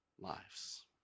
lives